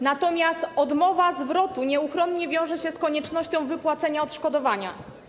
Natomiast odmowa zwrotu nieuchronnie wiąże się z koniecznością wypłacenia odszkodowania.